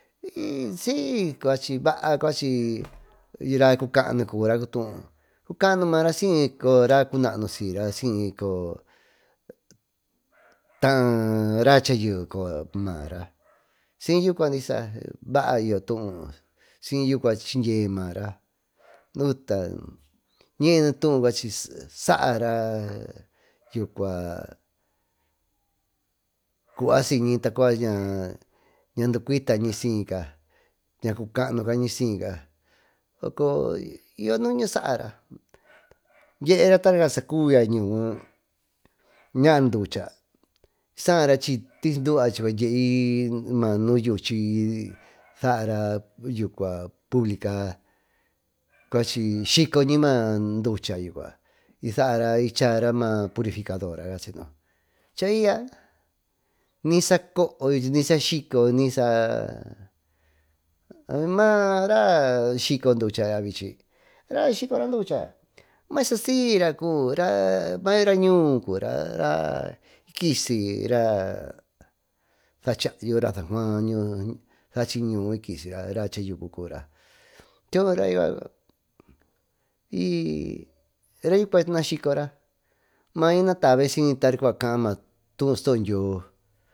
Baa chiraa cacanu cubira cubi tuú cacaanu nu maara siy raa cuu ñannu siyra siycoyo taa raa chaye cuyo maara siy yucuari y yo baá maa tuú siy yucua chindye maara uta ñiy y yo tuú cuachi saara yucua cuasiñi cua ña ducuitañi siyca ña cubicaa nucañi siyca soco y yo nuña saara dyera sacubi sara chiñuu duva chucua dyiei maa nuu yuchiy saara bublica cuachi shicoñi maa ducha yucua purificadora cachimara chaaiya ni socooyo nisa skico ñisa maa raa skico raa ducha yucua vichi skicora ducha mayuvi sa syira cubi mayubi raa ñuu cubira raa kisy raa saa chayo raa san juan cachi y kisira ñuu chayuco cubira choo raa yucua yna skicora mai natave siy tacua kaa studyido.